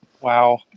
Wow